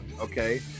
okay